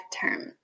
term